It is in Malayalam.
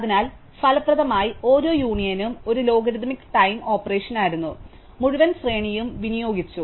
അതിനാൽ ഫലപ്രദമായി ഓരോ യൂണിയനും ഒരു ലോഗരിഥമിക് ടൈം ഓപ്പറേഷനായിരുന്നു മുഴുവൻ ശ്രേണിയും വിനിയോഗിച്ചു